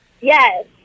Yes